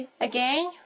again